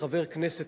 כחבר הכנסת,